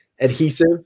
adhesive